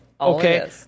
Okay